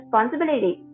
responsibility